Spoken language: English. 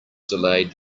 delayed